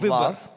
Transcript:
love